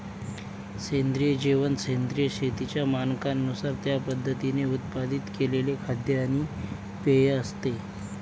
सेंद्रिय जेवण सेंद्रिय शेतीच्या मानकांनुसार त्या पद्धतीने उत्पादित केलेले खाद्य आणि पेय असते